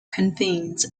convenes